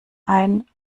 ein